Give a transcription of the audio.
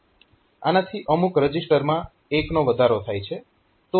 આનાથી અમુક રજીસ્ટરમાં 1 નો વધારો થાય છે